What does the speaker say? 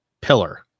pillar